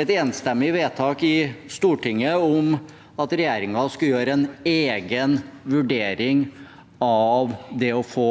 et enstemmig vedtak i Stortinget om at regjeringen skulle gjøre en egen vurdering av det å få